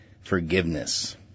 forgiveness